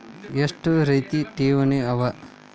ಎಷ್ಟ ರೇತಿ ಠೇವಣಿಗಳ ಅವ?